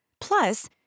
Plus